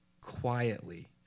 quietly